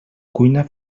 cuina